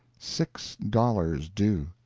six dollars due.